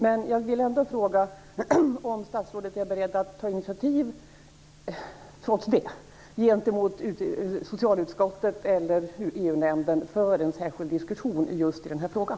Men jag vill fråga om statsrådet trots det är beredd att ta initiativ till en särskild diskussion gentemot socialutskottet eller EU-nämnden just kring den här frågan.